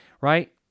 Right